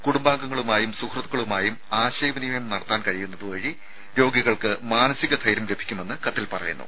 കുടുംബാംഗങ്ങളുമായും സുഹൃത്തുക്കളുമായും ആശയ വിനിമയം നടത്താൻ കഴിയുന്നത് വഴി രോഗികൾക്ക് മാനസിക ധൈര്യം ലഭിയ്ക്കുമെന്ന് കത്തിൽ പറയുന്നു